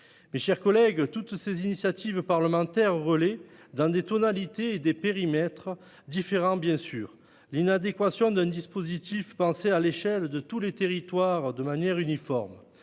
Mes chers collègues, toutes ces initiatives parlementaires relèvent, dans des tonalités et des périmètres différents, bien sûr, l'inadéquation d'un dispositif pensé de manière uniforme,